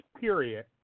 period